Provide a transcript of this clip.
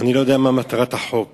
אני לא יודע מה מטרת החוק כאן,